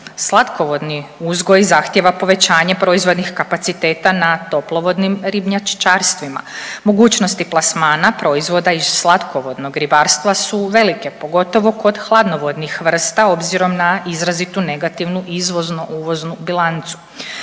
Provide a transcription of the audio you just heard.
Slatkovodni uzgoj zahtjeva povećanje proizvodnih kapaciteta na toplo vodnim ribnjačarstvima. Mogućnosti plasmana proizvoda iz slatkovodnog ribarstva su velike pogotovo kod hladno vodnih vrsta s obzirom na izrazitu negativnu izvoznu uvoznu bilancu.